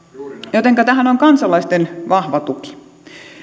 jotenka tähän on kansalaisten vahva tuki